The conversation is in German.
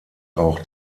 auch